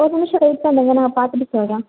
ஒரு நிமிஷம் வெய்ட் பண்ணுங்கள் நான் பார்த்துட்டு சொல்றேன்